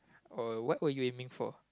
oh what were you aiming for